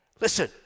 listen